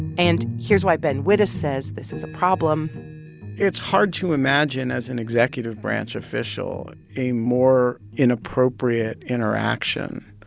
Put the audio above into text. and here's why ben wittes says this is a problem it's hard to imagine as an executive branch official a more inappropriate interaction.